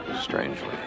strangely